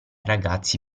ragazzi